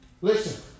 Listen